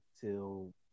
till